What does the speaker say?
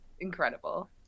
incredible